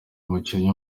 umukinnyi